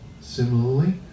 Similarly